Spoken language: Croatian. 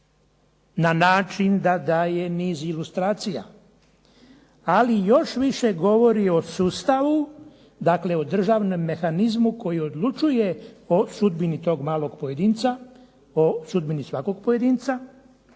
na način da daje niz ilustracija. Ali još više govori o sustavu, dakle o državnom mehanizmu koji odlučuje o sudbini tog malog pojedinca, o sudbini svakog pojedinca,